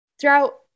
throughout